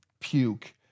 puke